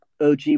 OG